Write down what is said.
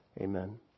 Amen